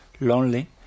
lonely